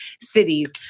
cities